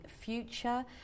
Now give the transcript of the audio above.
future